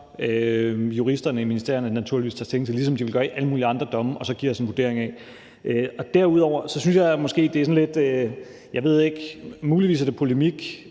juristerne i ministerierne så naturligvis tager stilling til – ligesom de ville gøre med alle mulige andre domme – og giver os en vurdering af. Derudover synes jeg måske, at det muligvis er sådan lidt polemik.